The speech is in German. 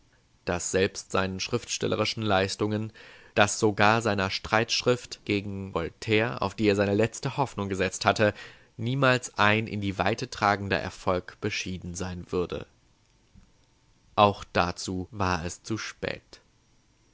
daß selbst seinen schriftstellerischen leistungen daß sogar seiner streitschrift gegen voltaire auf die er seine letzte hoffnung gesetzt hatte niemals ein in die weite tragender erfolg beschieden sein würde auch dazu war es zu spät